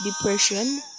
depression